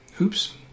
oops